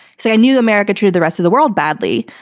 said, i knew america treated the rest of the world badly,